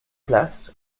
place